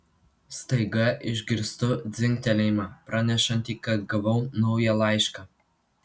staiga išgirstu dzingtelėjimą pranešantį kad gavau naują laišką